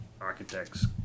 architects